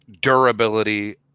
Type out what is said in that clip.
durability